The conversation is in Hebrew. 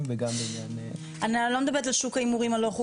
וגם בעניין --- אני לא מדברת על שוק ההימורים הלא חוקיים.